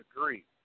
agree